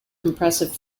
compressive